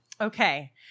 okay